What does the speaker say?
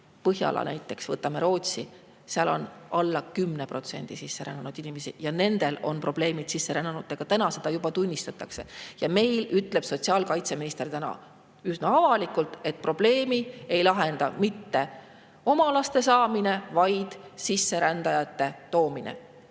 Põhjala [riigid], Rootsi, on alla 10% sisserännanud inimesi. Ja nendel on probleemid sisserännanutega, täna seda juba tunnistatakse. Meil ütleb sotsiaalkaitseminister praegu üsna avalikult, et probleemi ei lahenda mitte oma laste saamine, vaid sisserändajate toomine.